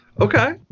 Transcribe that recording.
okay